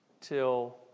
till